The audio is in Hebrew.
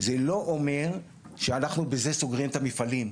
זה לא אומר שאנחנו בזה סוגרים את המפעלים,